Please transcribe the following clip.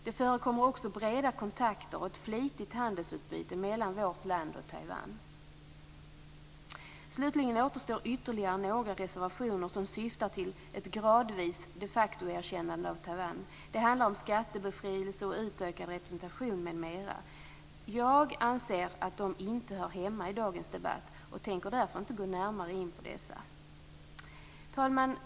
Det förekommer också breda kontakter och ett flitigt handelsutbyte mellan vårt land och Taiwan. Slutligen återstår ytterligare några reservationer som syftar till ett gradvis de facto-erkännande av Taiwan. De handlar om skattebefrielse, utökad representation m.m. Jag anser att de inte hör hemma i dagens debatt och tänker därför inte gå närmare in på dem. Fru talman!